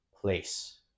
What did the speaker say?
place